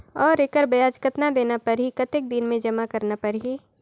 और एकर ब्याज कतना देना परही कतेक दिन मे जमा करना परही??